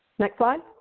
next slide.